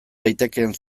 daitekeen